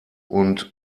und